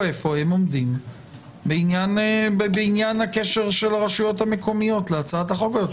איפה הם עומדים בעניין הקשר של הרשויות המקומיות להצעת החוק הזו.